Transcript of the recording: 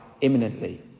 imminently